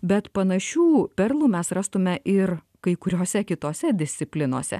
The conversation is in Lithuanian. bet panašių perlų mes rastume ir kai kuriose kitose disciplinose